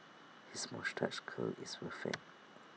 his moustache curl is perfect